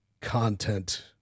content